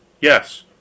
Yes